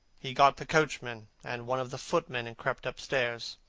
he got the coachman and one of the footmen and crept upstairs.